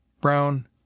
brown